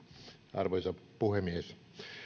arvoisa puhemies